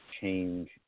change